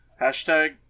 Hashtag